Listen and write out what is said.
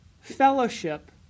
fellowship